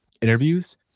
interviews